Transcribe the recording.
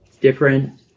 different